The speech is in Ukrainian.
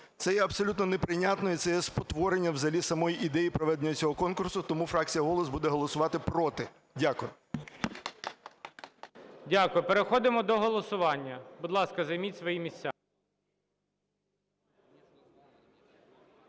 Це є абсолютно неприйнятно, і це є спотворення взагалі самої ідеї проведення цього конкурсу. Тому фракція "Голос" буде голосувати "проти". Дякую. ГОЛОВУЮЧИЙ. Дякую. Переходимо до голосування. Будь ласка, займіть свої місця.